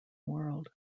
world